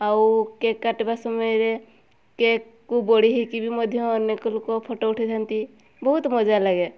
ଆଉ କେକ୍ କାଟିବା ସମୟରେ କେକ୍କୁ ବୋଳି ହେଇକି ବି ମଧ୍ୟ ଅନେକ ଲୋକ ଫଟୋ ଉଠାଇଥାନ୍ତି ବହୁତ ମଜା ଲାଗେ